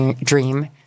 dream